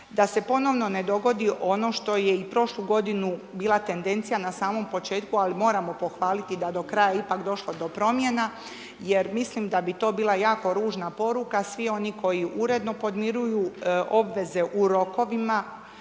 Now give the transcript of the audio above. da se ponovno ne dogodi ono što je i prošlu godinu bila tendencija na samom početku ali moramo pohvaliti da do kraja je ipak došlo do promjena jer mislim da bi to bila jako ružna poruka, svi oni koji uredno podmiruju obveze u rokovima,